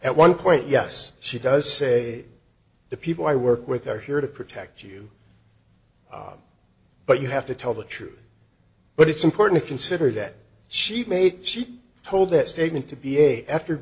at one point yes she does say the people i work with are here to protect you but you have to tell the truth but it's important to consider that she made she told that statement to be a after